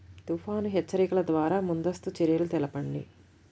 తుఫాను హెచ్చరికల ద్వార ముందస్తు చర్యలు తెలపండి?